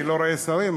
אני לא רואה שרים,